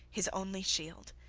his only shield.